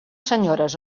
senyores